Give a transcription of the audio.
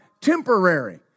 temporary